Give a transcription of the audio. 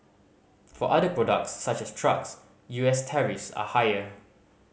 for other products such as trucks U S tariffs are higher